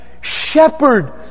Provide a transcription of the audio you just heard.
shepherd